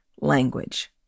language